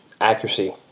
accuracy